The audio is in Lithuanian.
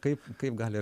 kaip kaip gali